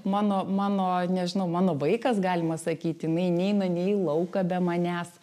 mano mano nežinau mano vaikas galima sakyt jinai neina nei į lauką be manęs